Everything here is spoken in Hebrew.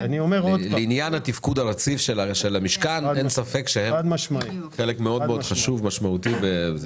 בעניין התפקוד הרציף של המשכן אין לי ספק שהם חלק מאוד חשוב ומשמעותי.